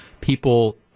people